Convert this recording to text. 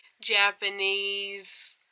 Japanese